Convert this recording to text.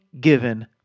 given